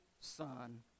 son